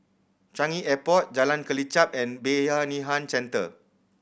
Changi Airport Jalan Kelichap and Bayanihan Centre